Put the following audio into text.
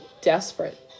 desperate